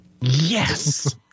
yes